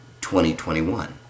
2021